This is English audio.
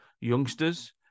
youngsters